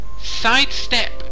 sidestep